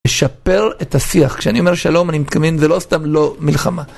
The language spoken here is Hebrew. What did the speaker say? ישפר את השיח, כשאני אומר שלום, אני מתכוון, זה לא סתם לא מלחמה.